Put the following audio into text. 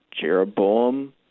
Jeroboam